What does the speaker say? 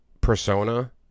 persona